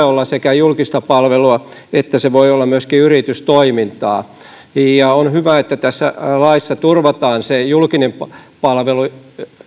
olla julkista palvelua ja se voi olla myöskin yritystoimintaa on hyvä että tässä laissa turvataan se julkinen palvelu